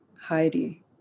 Heidi